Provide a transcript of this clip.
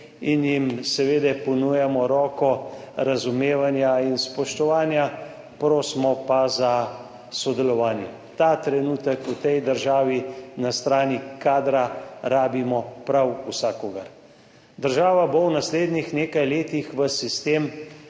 in jim seveda ponujamo roko razumevanja in spoštovanja, prosimo pa za sodelovanje. Ta trenutek v tej državi na strani kadra potrebujemo prav vsakogar. Država bo v naslednjih nekaj letih v sistem,